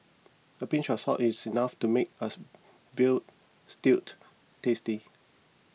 a pinch of salt is enough to make a veal stewed tasty